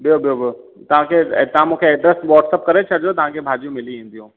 ॿियो ॿियो ॿियो तव्हांखे तव्हां मूंखे एड्रेस व्हॉट्सप करे छॾिजो तव्हांखे भाॼियूं मिली वेंदियूं